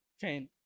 chain